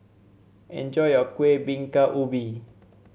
enjoy your Kueh Bingka Ubi